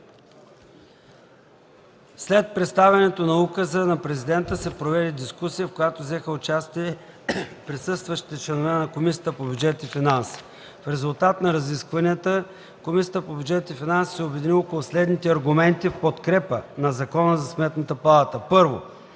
След представянето на Указа на Президента се проведе дискусия, в която взеха участие присъстващите членове на Комисията по бюджет и финанси. В резултат на разискванията Комисията по бюджет и финанси се обедини около следните аргументи в подкрепа на Закона за Сметната палата: 1.